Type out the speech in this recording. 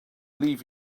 leave